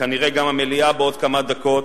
וכנראה גם המליאה בעוד כמה דקות,